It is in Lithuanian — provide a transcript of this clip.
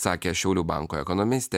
sakė šiaulių banko ekonomistė